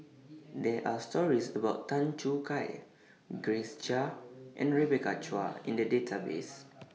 There Are stories about Tan Choo Kai Grace Chia and Rebecca Chua in The Database